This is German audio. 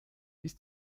bis